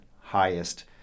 highest